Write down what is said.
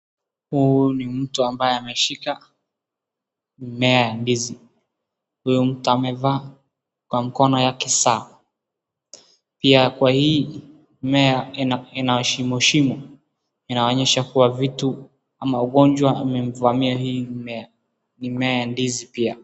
Huu ni mtu ambaye ameshika , mmea ndizi .Huyu mtu amevaa, kwa mkono yake saa pia kwa hii mmea ina shimo shimo , inaonyeaha kuwa vitu ama ugonjwa umemvamia hii mmea .Mmea ya ndizi pia .